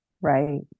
Right